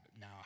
now